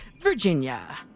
Virginia